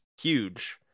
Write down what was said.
huge